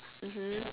mmhmm